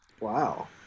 Wow